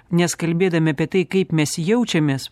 nes kalbėdami apie tai kaip mes jaučiamės